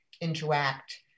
interact